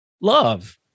Love